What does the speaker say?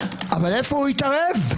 איפה הוא התערב,